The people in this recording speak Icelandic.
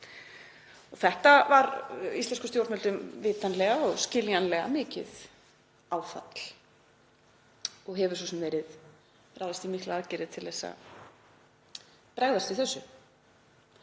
Þetta var íslenskum stjórnvöldum vitanlega og skiljanlega mikið áfall og hefur svo sem verið ráðist í miklar aðgerðir til að bregðast við þessu.